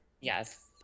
yes